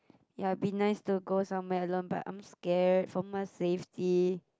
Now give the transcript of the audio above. ya be nice to go somewhere alone but I'm scared for my safety